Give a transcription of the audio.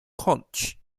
quench